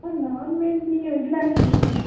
ma'am non veg நீங்கள் veg தானே கேட்டீங்க